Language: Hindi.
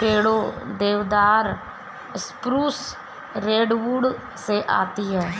पेड़ों, देवदार, स्प्रूस, रेडवुड से आती है